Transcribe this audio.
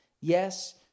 Yes